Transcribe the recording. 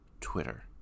Twitter